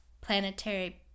planetary